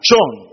John